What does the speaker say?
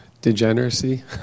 degeneracy